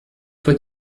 toi